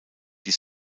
die